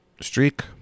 streak